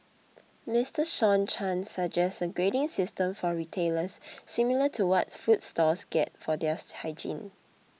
Mister Sean Chan suggests a grading system for a retailers similar to what food stalls get for their hygiene